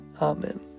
Amen